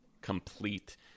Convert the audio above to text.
Complete